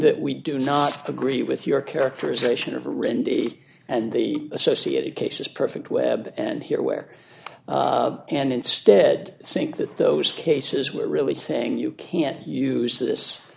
that we do not agree with your characterization of randy and the associated cases perfect web and here where and instead think that those cases were really saying you can't use this